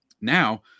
now